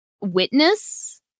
witness